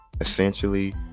essentially